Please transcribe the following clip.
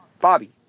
Bobby